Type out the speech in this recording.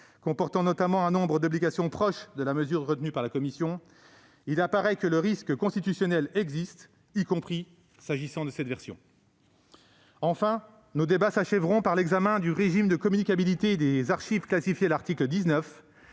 comportant un nombre d'obligations proche de la mesure retenue par la commission, il apparaît que le risque constitutionnel existe et pèse également sur cette version. Enfin, nos débats s'achèveront par l'examen du régime de communicabilité des archives classifiées à l'article 19,